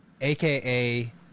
aka